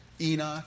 enoch